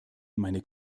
meine